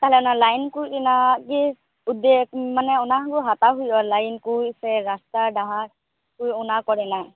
ᱛᱟᱦᱚᱞᱮ ᱚᱱᱟ ᱞᱟᱭᱤᱱᱠ ᱨᱮᱱᱟᱜ ᱜᱮ ᱩᱫᱽᱫᱮᱠ ᱢᱟᱱᱮ ᱚᱱᱟᱠᱚ ᱦᱟᱛᱟᱣ ᱦᱩᱭᱩᱜᱼᱟ ᱞᱟᱭᱤᱱ ᱠᱚ ᱥᱮ ᱨᱟᱥᱛᱟ ᱰᱟᱦᱟᱨ ᱠᱚ ᱚᱱᱟ ᱠᱚᱨᱮᱱᱟᱜ